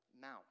Mount